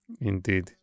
Indeed